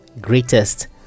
greatest